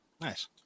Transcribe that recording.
nice